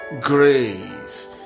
grace